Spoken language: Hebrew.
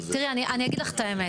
תראי, אני אגיד לך את האמת.